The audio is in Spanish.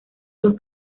los